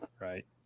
Right